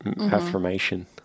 Affirmation